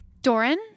Doran